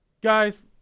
Guys